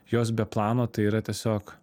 jos be plano tai yra tiesiog